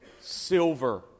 silver